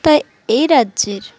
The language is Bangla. তাই এই রাজ্যের